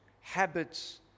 habits